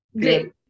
Great